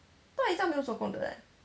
大姨丈没有做工的 leh